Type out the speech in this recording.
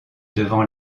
devant